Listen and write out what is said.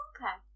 Okay